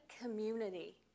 community